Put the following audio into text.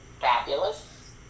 fabulous